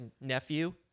nephew